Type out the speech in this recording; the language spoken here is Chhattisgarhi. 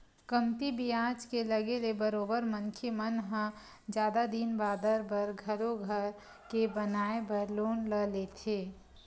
कमती बियाज के लगे ले बरोबर मनखे मन ह जादा दिन बादर बर घलो घर के बनाए बर लोन ल लेथे